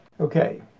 Okay